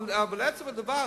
אבל עצם הדבר,